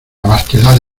vastedad